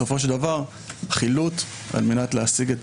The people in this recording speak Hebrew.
בסופו של דבר חילוט על מנת להשיג את